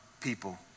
people